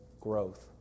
growth